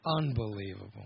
Unbelievable